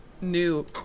new